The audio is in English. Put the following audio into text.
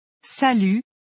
Salut